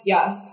Yes